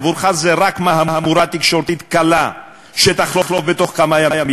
עבורך זו רק מהמורה תקשורתית קלה שתחלוף בתוך כמה ימים.